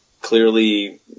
Clearly